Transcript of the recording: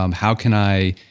um how can i